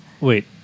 Wait